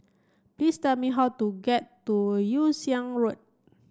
please tell me how to get to Yew Siang Road